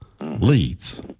leads